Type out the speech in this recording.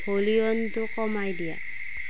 ভলিউমটো কমাই দিয়া